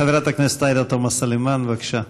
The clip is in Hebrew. חברת הכנסת עאידה תומא סלימאן, בבקשה.